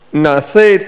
נעשית,